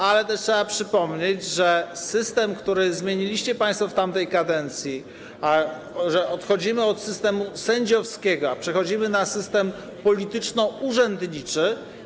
Ale też trzeba przypomnieć, jeśli chodzi o system, który zmieniliście państwo w tamtej kadencji, że odchodzimy od systemu sędziowskiego, a przechodzimy na system polityczno-urzędniczy.